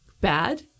bad